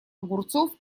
огурцов